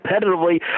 competitively